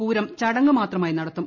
പൂരം ചടങ്ങ് മാത്രമായി നടത്തും